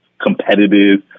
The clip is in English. competitive